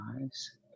eyes